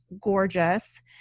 gorgeous